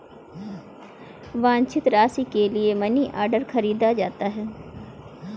वांछित राशि के लिए मनीऑर्डर खरीदा जाता है